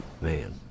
Man